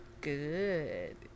good